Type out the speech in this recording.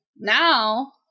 now